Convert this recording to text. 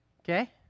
Okay